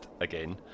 again